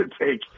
take